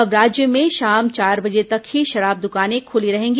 अब राज्य में शाम चार बजे तक ही शराब दकानें खुली रहेंगी